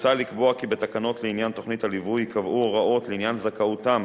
מוצע לקבוע כי בתקנות לעניין תוכנית הליווי ייקבעו הוראות לעניין זכאותם